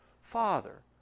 father